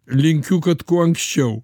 linkiu kad kuo anksčiau